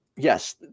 Yes